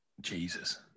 Jesus